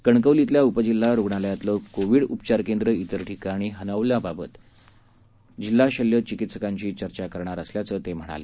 कणकवलीतल्या उपजिल्हा रुग्णालयतलं कोविड उपचार केंद्र इतर ठिकाणी हलवण्याबाबत जिल्हा शल्य चिकित्सकांशी चर्चा करणार असल्याचं ते म्हणाले